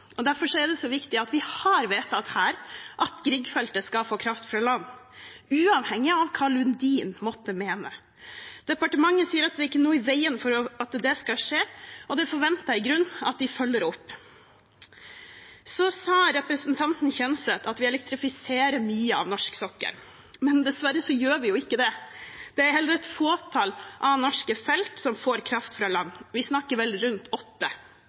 og derfor er det viktig at vi har vedtatt at Edvard Grieg-feltet skal få kraft fra land uavhengig av hva oljeselskapet Lundin måtte mene. Departementet sier at det ikke er noe i veien for at det skal skje, og det forventer jeg i grunnen at de følger opp. Representanten Kjenseth sa at vi elektrifiserer mye av norsk sokkel, men dessverre gjør vi ikke det. Det er heller et fåtall av norske felt som får kraft fra land. Vi snakker vel om rundt åtte,